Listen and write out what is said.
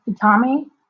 Tommy